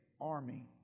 army